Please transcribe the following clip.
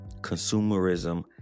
consumerism